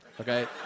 Okay